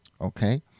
Okay